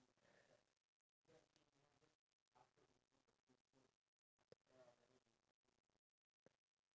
but singapore [one] is like one chunk banana they just fry it and then after that like the ratio of the cheese